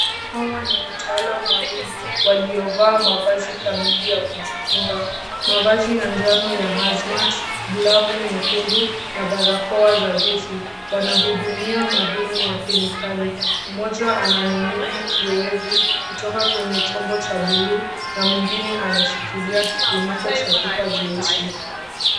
Hawa ni wataalam wawili waliovaa mavazi kamili ya kujikinga, mavazi ya njano ya hazmat, glavu nyekundu na barakoa za gesi .Wanahudumia madumu ya kemikali. Mmoja anamimina kioevu kutoka kwenye chombo cha buluu na mwingine anashikilia kifuniko cha pipa jeusi.